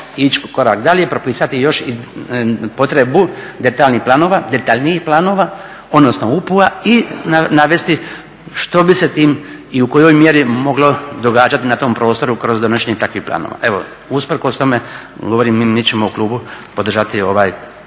ići korak dalje, propisati još potrebu detaljnijih planova, odnosno … i navesti što bi se tim i u kojoj mjeri moglo događati na tom prostoru kroz donošenje takvih planova. Evo, usprkos tome, govorim, mi ćemo u klubu podržati ovaj